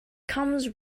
comes